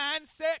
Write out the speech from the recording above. mindset